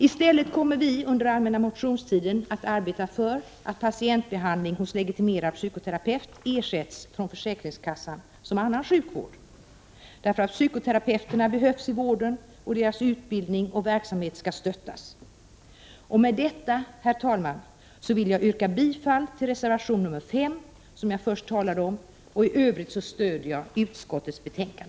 I stället kommer vi under allmänna motionstiden att arbeta för att patientbehandling hos legitimerad psykoterapeut ersätts från försäkringskassan på samma sätt som annan sjukvård. Psykoterapeuterna behövs i vården, och deras utbildning och verksamhet skall stöttas. Med detta, herr talman, vill jag yrka bifall till reservation nr 5, som jag först talade om. I övrigt stöder jag utskottets hemställan.